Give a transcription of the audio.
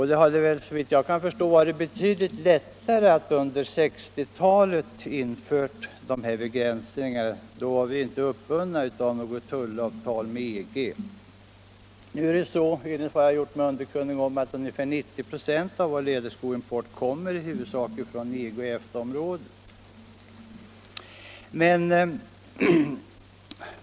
Men det hade såvitt jag kan förstå varit betydligt lättare att under 1960-talet införa sådana begränsningar. Då var vi inte uppbundna av något tullavtal med EG. Nu är det så, enligt vad jag har gjort mig underkunnig om, att ungefär 90 926 av vår läderskoimport kommer från EG och EFTA-området.